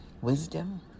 Wisdom